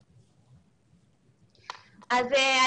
שלום.